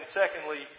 secondly